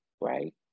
right